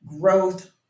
growth